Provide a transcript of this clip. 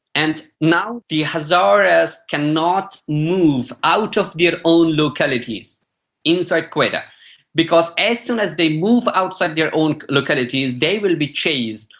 and now the hazaras cannot move out of their ah own localities inside quetta because as soon as they move outside their own localities they will be chased,